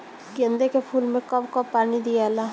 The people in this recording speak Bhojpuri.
गेंदे के फूल मे कब कब पानी दियाला?